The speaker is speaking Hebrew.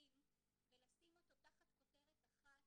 הממתינים ולשים אותו תחת כותרת אחת